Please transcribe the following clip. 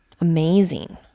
Amazing